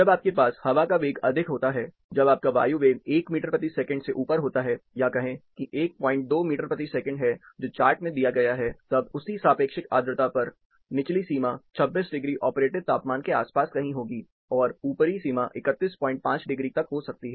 जब आपके पास हवा का वेग अधिक होता है जब आपका वायु वेग 1 मीटर प्रति सेकंड से ऊपर होता है या कहें कि 12 मीटर प्रति सेकंड है जो चार्ट में दिया गया है तब उसी सापेक्षिक आर्द्रता पर निचली सीमा 26 डिग्री ऑपरेटिव तापमान के आसपास कहीं होगी और ऊपरी सीमा 315 डिग्री तक हो सकती है